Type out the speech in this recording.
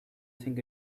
think